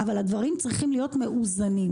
אבל הדברים צריכים להיות מאוזנים.